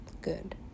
Good